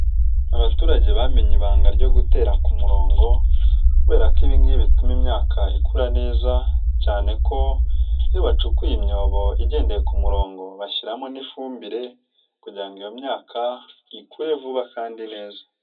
Abaturage bamenye ibanga ryo gutera ku murongo kubera ko ibi ngibi bituma imyaka ikura neza cyane ko iyo bacukuye imyobo igendeye ku ku murongo bashyiramo n'ifumbire kugira ngo iyo myaka ikure vuba kandi neza.